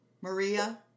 Maria